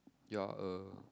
ya uh